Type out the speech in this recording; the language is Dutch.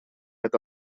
met